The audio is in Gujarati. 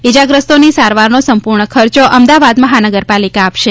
ઈજાગ્રસ્તોની સારવારનો સંપૂર્ણ ખર્ચો અમદાવાદ મહાનગરપાલિકા આપશે